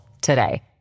today